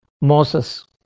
Moses